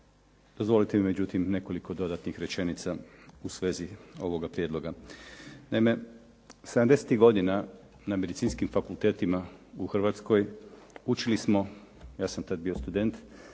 Dozvolite mi međutim nekoliko dodatnih rečenica u svezi ovoga prijedloga. Naime, sedamdesetih godina na medicinskim fakultetima u Hrvatskoj učili smo, ja sam tad bio student